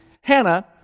Hannah